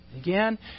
Again